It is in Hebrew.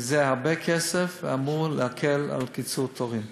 זה הרבה כסף, וזה אמור להקל את קיצור התורים.